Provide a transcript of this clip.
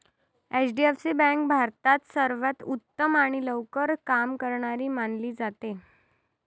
HDFC bank भारतात सर्वांत उत्तम आणि लवकर काम करणारी मानली जाते